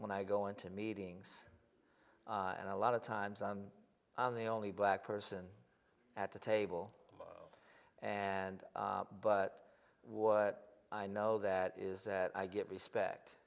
when i go into meetings and a lot of times on the only black person at the table and but what i know that is that i get respect